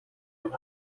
uko